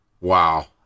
Wow